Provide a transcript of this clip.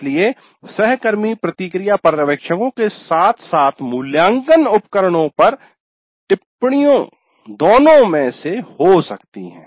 इसलिए सहकर्मी प्रतिक्रिया पर्यवेक्षकों के साथ साथ मूल्यांकन साधनों पर टिप्पणियों दोनों में से हो सकती है